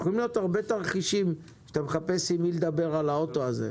יכולים להיות הרבה תרחישים ואתה מחפש עם מי לדבר על הרכב הזה.